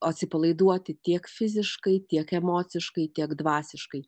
atsipalaiduoti tiek fiziškai tiek emociškai tiek dvasiškai